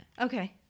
okay